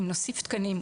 אם נוסיף תקנים,